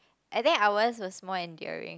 and then ours was more enduring